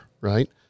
right